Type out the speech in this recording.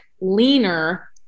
leaner